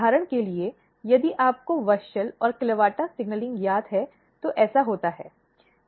उदाहरण के लिए यदि आपको WUSCHEL और CLAVATA सिग्नलिंग याद है तो ऐसा होता है